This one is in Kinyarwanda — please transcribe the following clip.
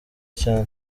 cyane